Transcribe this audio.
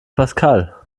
pascal